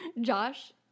Josh